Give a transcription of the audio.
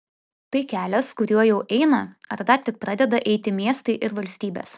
tai kelias kuriuo jau eina ar dar tik pradeda eiti miestai ir valstybės